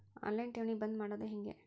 On line ಠೇವಣಿ ಬಂದ್ ಮಾಡೋದು ಹೆಂಗೆ?